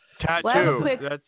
tattoo